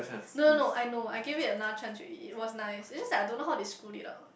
no no no I know I gave it another chance already it was nice is just that I don't know how they screwed it up